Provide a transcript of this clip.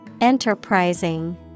Enterprising